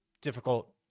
difficult